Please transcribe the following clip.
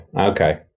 Okay